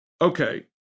okay